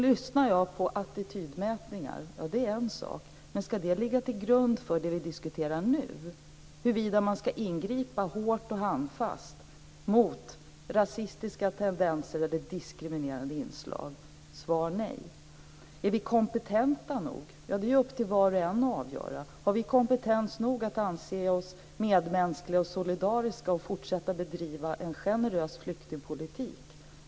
Lyssnar jag på attitydmätningar är det en sak, men ska det ligga till grund för det vi diskuterar nu - huruvida man ska ingripa hårt och handfast mot rasistiska tendenser eller diskriminerande inslag? Svar nej. Är vi kompetenta nog? Ja, det är upp till var och en att avgöra. Har vi kompetens nog att anse oss medmänskliga och solidariska och fortsätta att bedriva en generös flyktingpolitik?